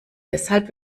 deshalb